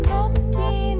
empty